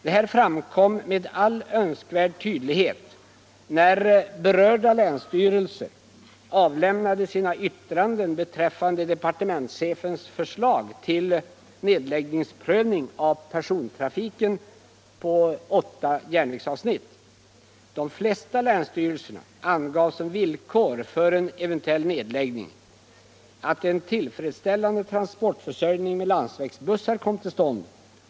Detta framkom med all önskvärd tydlighet när berörda länsstyrelser avlämnade sina yttranden beträffande departementschefens förslag till nedläggningsprövning av persontrafiken på åtta järnvägsavsnitt. De flesta länsstyrelserna angav som villkor för en eventuell nedläggning att tillfredsställande transportförsörjning med landsvägsbussar kom till stånd.